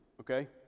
okay